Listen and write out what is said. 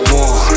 one